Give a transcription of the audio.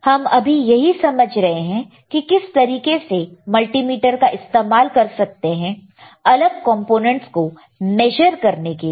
हम अभी यही समझ रहे हैं कि किस तरीके से मल्टीमीटर का इस्तेमाल कर सकते हैं अलग कंपोनेंट्स को मेशर करने के लिए